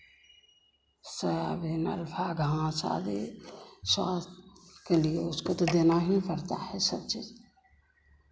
सब घास आदि स्वास्थ्य के लिए उसको तो देना ही पड़ता है सब चीज़